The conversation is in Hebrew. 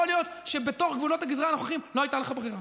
יכול להיות שבתוך גבולות הגזרה לא הייתה לך ברירה,